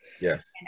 Yes